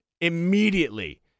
immediately